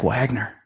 Wagner